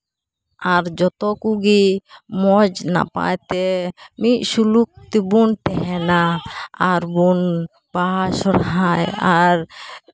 ᱟᱨ ᱡᱚᱛᱚ ᱠᱚᱜᱮ ᱢᱚᱡᱽ ᱱᱟᱯᱟᱭ ᱛᱮ ᱢᱤᱫ ᱥᱩᱞᱩᱠ ᱛᱮᱵᱚᱱ ᱛᱟᱦᱮᱱᱟ ᱟᱨᱵᱚᱱ ᱵᱟᱦᱟ ᱥᱚᱨᱦᱟᱭ ᱟᱨ